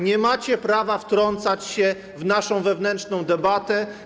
Nie macie prawa wtrącać się w naszą wewnętrzną debatę.